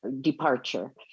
departure